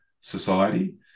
society